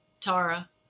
Tara